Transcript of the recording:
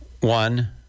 One